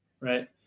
right